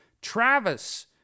Travis